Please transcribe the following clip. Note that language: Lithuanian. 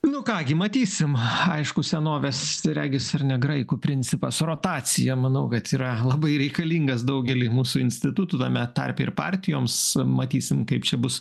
nu ką gi matysim aišku senovės regis ar ne graikų principas rotacija manau kad yra labai reikalingas daugelyje mūsų institutų tame tarpe ir partijoms matysim kaip čia bus